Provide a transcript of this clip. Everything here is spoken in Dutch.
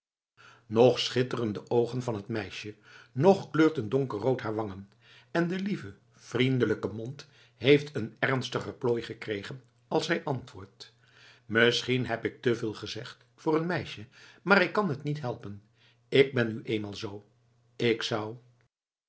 nog schitteren de oogen van het meisje nog kleurt een donker rood haar wangen en de lieve vriendelijke mond heeft een ernstiger plooi gekregen als zij antwoordt misschien heb ik te veel gezegd voor een meisje maar ik kan het niet helpen ik ben nu eenmaal zoo ik zou